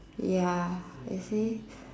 ya I see